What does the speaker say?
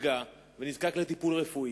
נפגע ונזקק לטיפול רפואי.